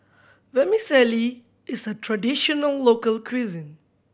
Vermicelli is a traditional local cuisine